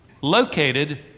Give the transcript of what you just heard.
located